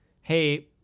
hey